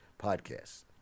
podcast